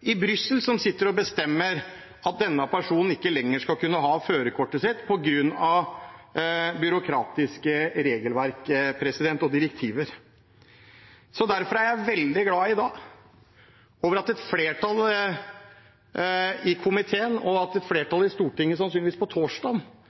i Brussel, som sitter og bestemmer at denne personen ikke lenger skal kunne ha førerkortet sitt på grunn av byråkratiske regelverk og direktiver. Derfor er jeg veldig glad for at et flertall i komiteen og et flertall i Stortinget sannsynligvis på torsdag kommer til å fatte vedtak om at